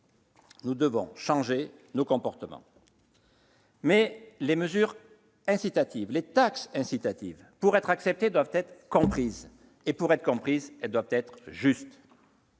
Nous devons changer nos comportements. Mais les mesures incitatives, les taxes incitatives, pour être acceptées, doivent être comprises ; pour être comprises, elles doivent être justes.